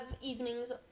evenings